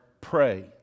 pray